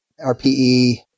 RPE